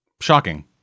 Shocking